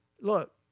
look